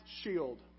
shield